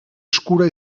eskura